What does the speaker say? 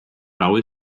raue